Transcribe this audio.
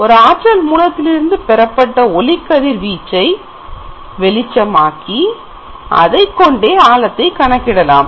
ஒரு ஆற்றல் மூலத்தில் இருந்து பெறப்பட்ட ஒளிவீச்சு கதிரை வெளிச்சமாக்கி அதைக்கொண்டே ஆழத்தை கணக்கிடலாம்